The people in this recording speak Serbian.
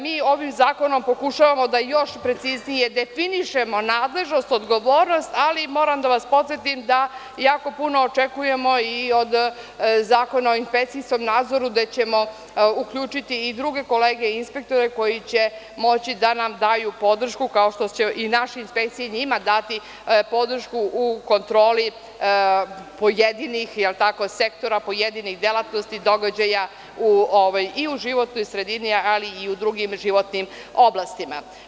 Mi ovim zakonom pokušavamo da još preciznije definišemo nadležnost, odgovornost, ali moram da vas podsetim da jako puno očekujemo i od Zakona o inspekcijom nadzoru, gde ćemo uključiti i druge kolege inspektore koji će moći da nam daju podršku, kao što će i naše inspekcije njima dati podršku u kontroli pojedinih sektora, pojedinih delatnosti, događaja i u životnoj sredini, ali i u drugim životnim oblastima.